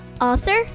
author